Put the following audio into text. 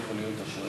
אני מבקשת שזה לא,